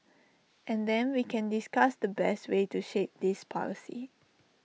and then we can discuss the best way to shape this policy